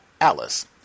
Alice